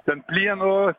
ten plieno